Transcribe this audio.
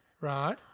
Right